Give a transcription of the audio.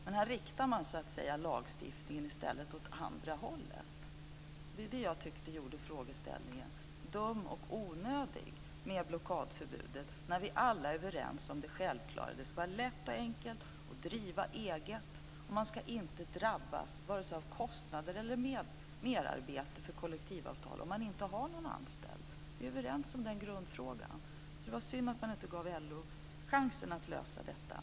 Men här riktar man i stället lagstiftningen åt andra hållet. Jag tycker att det gjorde frågeställningen om blockadförbud dum och onödig, när vi alla är överens om det självklara, dvs. att det ska vara lätt och enkelt att driva eget. Man ska inte drabbas av vare sig kostnader eller merarbete för kollektivavtal om man inte har någon anställd. Vi är överens i grundfrågan. Det var synd att man inte gav LO chansen att lösa detta.